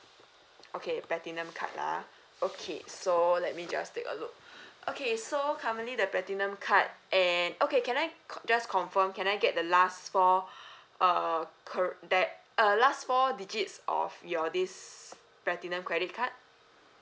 okay platinum card lah okay so let me just take a look okay so currently the platinum card and okay can I c~ just confirm can I get the last four uh cr~ that uh last four digits of your this platinum credit card